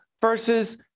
versus